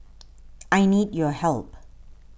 I need your help